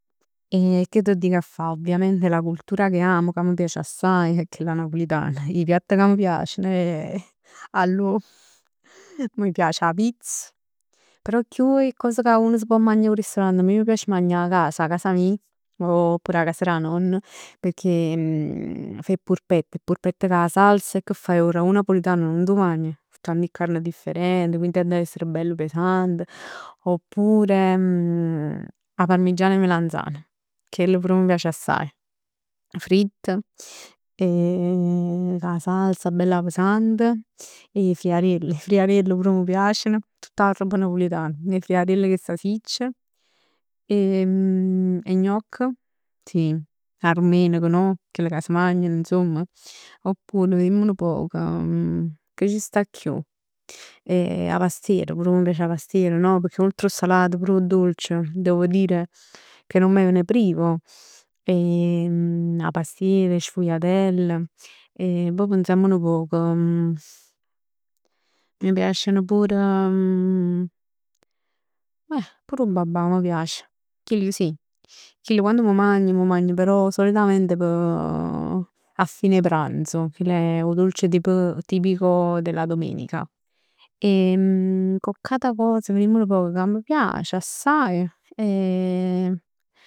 E che t'o dic 'a fa ovviamente la cultura che amo e che m' piace assaje è chella napulitana. I piatti ca m' piaceno eh. Allor m'piace 'a pizz. Però chiù 'e cos ca uno s' pò magnà 'o ristorante, a me m' piace magnà 'a cas, 'a casa mij. Oppure 'a cas d'a nonn, pecchè fa 'e purpett, 'e purpett cu 'a salz. E che fai 'o ragù napulitan nun t'o magn? Ci stann 'e carn different, quindi hann' essere bell pesant. Oppure, 'a parmigiana 'e melanzan, chell pur m' piace assaje. Fritt, cu 'a salsa bella pesant, e 'e friariell. 'E friariell pur m' piaceno. Tutta 'a robb napulitan. 'E friariell cu 'e sasicc. 'E gnocc, sì, 'a dummenic, no? Chell ca s'magnan insomm. Oppur verimm nu poc, che c' sta chiù? 'A pastiera, pur m' piace 'a pastiera no? Pecchè oltre 'o salato pur 'o dolce, devo dire che non me ne privo. 'A pastier, 'e sfugliatell. E pò pensamm nu poc. M' piaceno pur eh pur 'o babà m' piac. Chill sì, chill quann m'o magn, m'o magn però solitamente p' a fine pranzo. Chill è 'o dolce tipo tipico della domenica. Coccata cos, verimm nu poc, ca m' piace assaje.